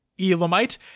Elamite